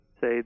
say